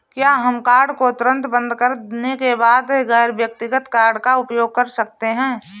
क्या हम कार्ड को तुरंत बंद करने के बाद गैर व्यक्तिगत कार्ड का उपयोग कर सकते हैं?